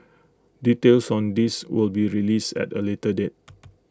details on this will be released at A later date